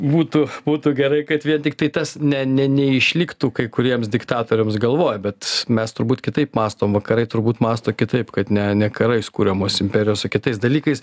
būtų būtų gerai kad vien tiktai tas ne ne neišliktų kai kuriems diktatoriams galvoj bet mes turbūt kitaip mąstom vakarai turbūt mąsto kitaip kad ne ne karais kuriamos imperijos o kitais dalykais